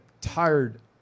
tired